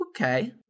Okay